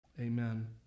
Amen